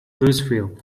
louisville